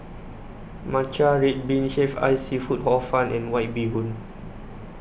Matcha Red Bean Shaved Ice Seafood Hor Fun and White Bee Hoon